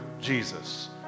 Jesus